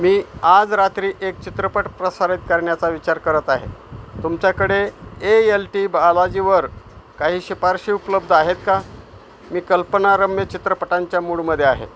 मी आज रात्री एक चित्रपट प्रसारित करण्याचा विचार करत आहे तुमच्याकडे ए एल टी बालाजीवर काही शिफारशी उपलब्ध आहेत का मी कल्पनारम्य चित्रपटांच्या मूडमध्ये आहे